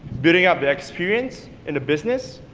building up the experience in a business,